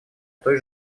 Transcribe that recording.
той